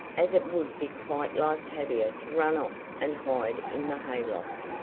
as it would be quite like tavia to run off and hide in the hay loft,